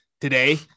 today